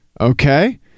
Okay